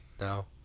now